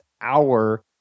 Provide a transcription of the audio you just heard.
hour